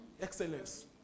excellence